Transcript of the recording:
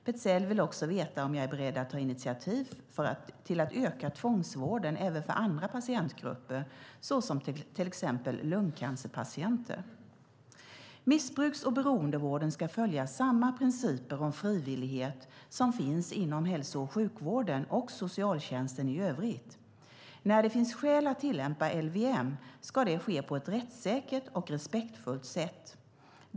Petzäll vill också veta om jag är beredd att ta initiativ till att öka tvångsvården även för andra patientgrupper, såsom till exempel lungcancerpatienter. Missbruks och beroendevården ska följa samma principer om frivillighet som finns inom hälso och sjukvården och socialtjänsten i övrigt. När det finns skäl att tillämpa LVM ska det ske på ett rättssäkert och respektfullt sätt.